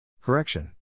Correction